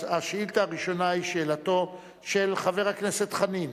השאילתא הראשונה היא שאלתו של חבר הכנסת חנין,